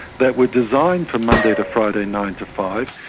that were designed for monday to friday, nine to five,